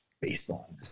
Baseball